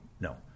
no